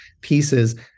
pieces